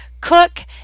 cook